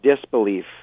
disbelief